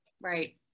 Right